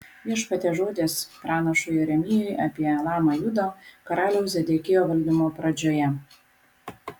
viešpaties žodis pranašui jeremijui apie elamą judo karaliaus zedekijo valdymo pradžioje